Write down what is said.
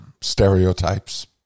stereotypes